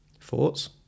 Thoughts